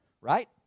right